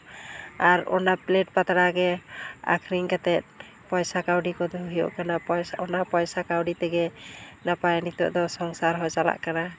ᱟᱨ ᱚᱱᱟ ᱯᱞᱮᱴ ᱯᱟᱛᱲᱟ ᱜᱮ ᱟᱠᱷᱨᱤᱧ ᱠᱟᱛᱮ ᱯᱚᱭᱥᱟ ᱠᱟᱹᱣᱰᱤ ᱠᱚᱫᱚ ᱦᱩᱭᱩᱜ ᱠᱟᱱᱟ ᱚᱱᱟ ᱯᱚᱭᱥᱟ ᱠᱟᱹᱣᱰᱤ ᱛᱮᱜᱮ ᱱᱟᱯᱟᱭ ᱱᱤᱛᱳᱜ ᱫᱚ ᱥᱚᱝᱥᱟᱨ ᱦᱚᱸ ᱪᱟᱞᱟᱜ ᱠᱟᱱᱟ